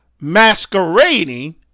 masquerading